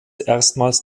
erstmals